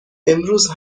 امروز